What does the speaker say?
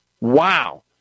Wow